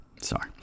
sorry